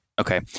Okay